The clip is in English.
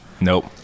Nope